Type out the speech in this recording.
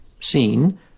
seen